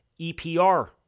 EPR